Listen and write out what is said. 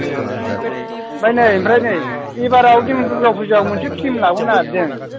दे दे दे बाजै दे ओमफाय नै ओमफ्राय नै एबाराव जों दुर्गा फुजायाव मोनसे फ्लिम लाबोनो नागिरदों